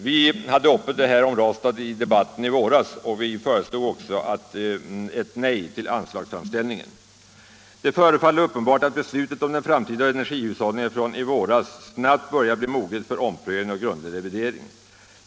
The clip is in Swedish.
Vi hade frågan om Ranstad uppe i debatten i våras, och då föreslog vi ett nej till anslagsframställningen. Det förefaller uppenbart att beslutet om den framtida energihushållningen från i våras snabbt börjar bli moget för omprövning och grundlig revidering.